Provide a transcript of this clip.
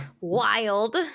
Wild